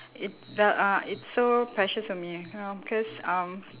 it uh uh it's so precious to me you know cause um